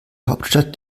hauptstadt